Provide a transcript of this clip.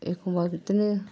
एखमबा बिदिनो